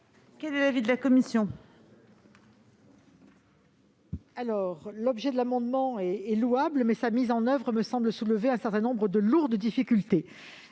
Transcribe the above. Quel est l'avis de la commission